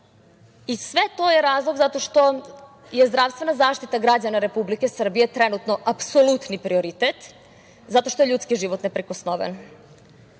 i sve to je razlog zato što je zdravstvena zaštita građana Republike Srbije trenutno apsolutni prioritet, zato što je ljudski život neprikosnoven. Što